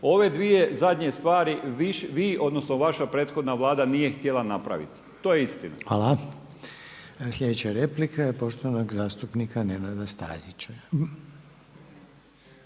Ove dvije zadnje stvari vi odnosno vaša prethodna vlada nije htjela napraviti, to je istina. **Reiner, Željko (HDZ)** Hvala. Sljedeća replika je poštovanog zastupnika Nenada Stazića.